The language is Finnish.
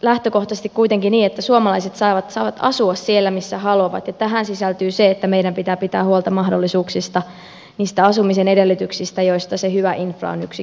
lähtökohtaisesti kuitenkin on niin että suomalaiset saavat asua siellä missä haluavat ja tähän sisältyy se että meidän pitää pitää huolta mahdollisuuksista niistä asumisen edellytyksistä joista se hyvä infra on yksi keskeisimpiä